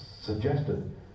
suggested